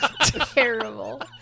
Terrible